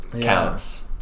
counts